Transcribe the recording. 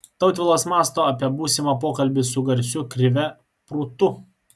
tautvilas mąsto apie būsimą pokalbį su garsiu krive prūtu